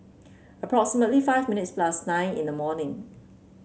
approximately five minutes plus nine in the morning